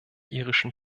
irischen